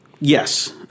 Yes